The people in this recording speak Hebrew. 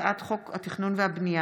הצעת חוק השמות (תיקון,